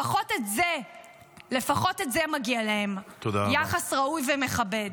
לפחות את זה מגיע להם, יחס ראוי ומכבד.